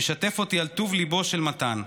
משתף אותי בטוב ליבו של מתן,